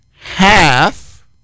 half